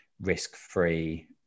risk-free